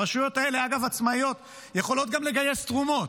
הרשויות האלה עצמאיות, יכולות גם לגייס תרומות,